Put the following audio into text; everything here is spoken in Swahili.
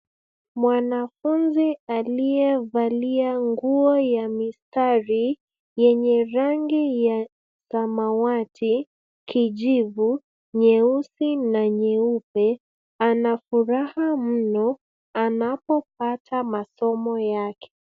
Mwanfunzi aliyevalia nguo ya mistari yenye rangi ya samawati, kijivu, nyeusi na nyeupe ana furaha mno anapopata masomo yake.